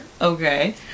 Okay